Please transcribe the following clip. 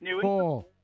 four